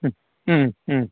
हम् हम् हम्